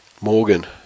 Morgan